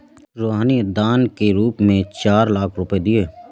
रूहानी ने दान के रूप में चार लाख रुपए दिए